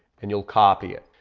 and you'll copy it.